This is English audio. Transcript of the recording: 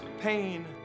pain